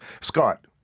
Scott